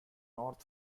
north